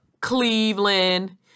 Cleveland